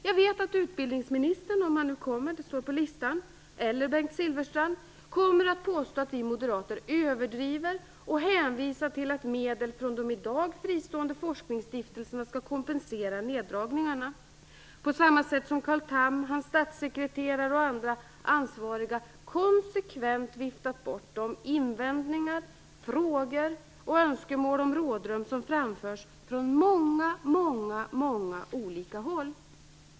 Jag vet att utbildningsministern - om han nu kommer, han står på talarlistan - eller Bengt Silfverstrand kommer att påstå att vi moderater överdriver och hänvisar till att medel från de i dag fristående forskningsstiftelserna skall kompensera neddragningarna. På samma sätt har Carl Tham, hans statssekreterare och andra ansvariga konsekvent viftat bort de invändningar, frågor och önskemål om rådrum som framförts från många olika håll.